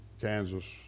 Kansas